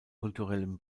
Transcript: kulturellen